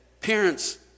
parents